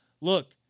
look